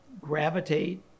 gravitate